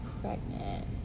pregnant